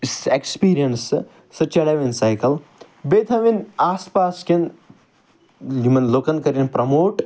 سۄ ایٚکٕسپیٖریَنٕس سۄ سُہ چَلٲوٕنۍ سایکَل بیٚیہِ تھٲوِنۍ آس پاس کیٚن یمن لوٗکَن کٔرِنۍ پرٛموٹ